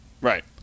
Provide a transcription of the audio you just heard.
Right